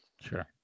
Sure